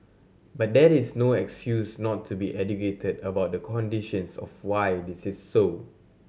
but that is no excuse not to be educated about the conditions of why this is so